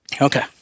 Okay